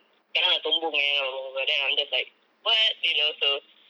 sekarang dah sombong eh what what what then I'm just like what you know so